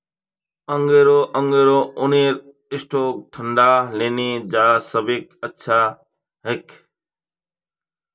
angora angora ऊनेर sweater ठंडा तने सबसे अच्छा हछे